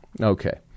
Okay